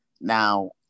Now